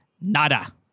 nada